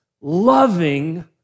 loving